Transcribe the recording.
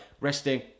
resting